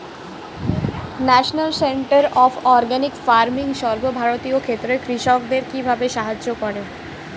National centre of organic farming সর্বভারতীয় ক্ষেত্রে কৃষকদের কিভাবে সাহায্য করে?